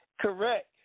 Correct